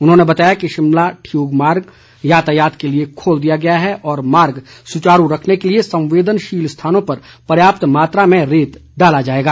उन्होंने बताया कि शिमला ठियोग मार्ग यातायात के लिए खोल दिया गया है और मार्ग सुचारू रखने के लिए संवेदनशील स्थानों पर पर्याप्त मात्रा में रेत डाला जाएगा